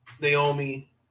Naomi